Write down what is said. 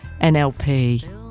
NLP